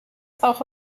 auch